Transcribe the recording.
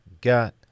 got